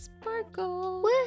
sparkle